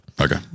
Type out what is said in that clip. Okay